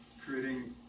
creating